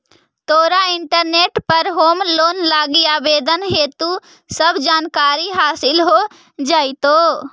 तोरा इंटरनेट पर home loan लागी आवेदन हेतु सब जानकारी हासिल हो जाएतो